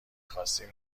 خواستیم